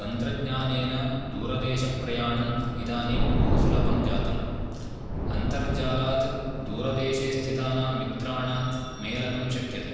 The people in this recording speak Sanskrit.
तन्त्रज्ञानेन दूरदेशप्रयाणम् इदानीं बहु सुलभं जातम् अन्तर्जालात् दूरदेशे स्थितानां मित्राणं मेलनं शक्यते